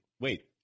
wait